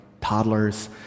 toddlers